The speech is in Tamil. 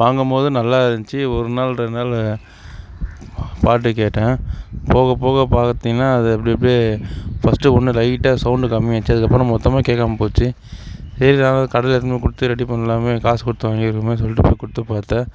வாங்கும்போது நல்லா இருந்துச்சி ஒரு நாள் ரெண்டு நாள் பாட்டு கேட்டேன் போகப்போக பார்த்திங்கனா அது அப்படி அப்படியே ஃபஸ்ட் ஒன்று லைட்டாக சவுண்ட் கம்மியாய்டிச்சி அதுக்கப்பறம் மொத்தமாக கேட்காமல் போச்சு இதுக்காக கடையில் திரும்பவும் கொடுத்து ரெடி பண்ணலாமே காசு கொடுத்து வாங்கியிருக்கமே சொல்லிட்டு போய் கொடுத்து பார்த்தேன்